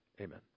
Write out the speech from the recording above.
Amen